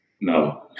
no